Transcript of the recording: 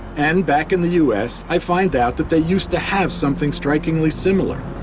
and back in the u s, i find out that they used to have something strikingly similar.